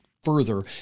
Further